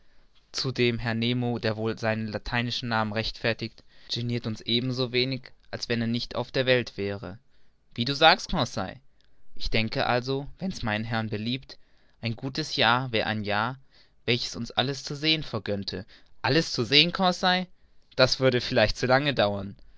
zudem herr nemo der wohl seinen lateinischen namen rechtfertigt genirt uns ebenso wenig als wenn er nicht auf der welt wäre wie du sagst conseil ich denke also wenn's meinem herrn beliebt ein gutes jahr wäre ein jahr welches uns alles zu sehen vergönnte alles zu sehen conseil das würde vielleicht zu lange dauern